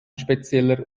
spezieller